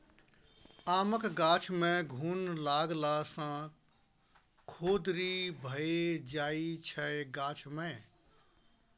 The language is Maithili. आमक गाछ मे घुन लागला सँ खोदरि भए जाइ छै गाछ मे